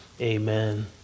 amen